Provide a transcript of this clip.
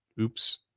oops